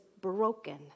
broken